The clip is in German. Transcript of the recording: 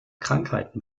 krankheiten